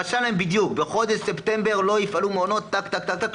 רשם להם בדיוק: בחודש ספטמבר לא יפעלו מעונות כך וכך,